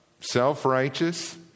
self-righteous